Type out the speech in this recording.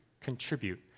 contribute